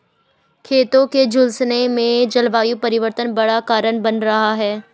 खेतों के झुलसने में जलवायु परिवर्तन बड़ा कारण बन रहा है